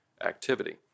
activity